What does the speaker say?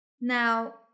Now